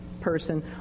person